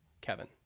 Kevin